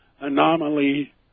anomaly